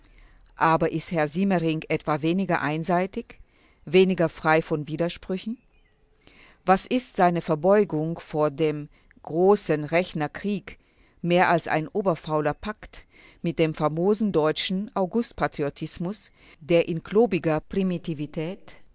aber ist herr siemering etwa weniger einseitig weniger frei von widersprüchen was ist seine verbeugung vor dem großen rechner krieg mehr als ein oberfauler pakt mit dem famosen deutschen august-patriotismus der in klobiger